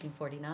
1949